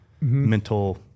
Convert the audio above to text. mental